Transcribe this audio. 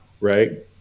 right